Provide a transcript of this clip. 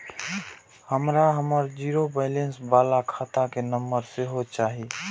हमरा हमर zero balance बाला खाता के नम्बर सेहो चाही